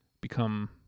become